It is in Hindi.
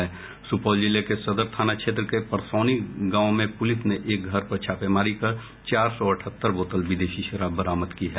सूपौल जिले के सदर थाना क्षेत्र के परसौनी गांव में पूलिस ने एक घर पर छापेमारी कर चार सौ अठहत्तर बोतल विदेशी शराब बरामद की है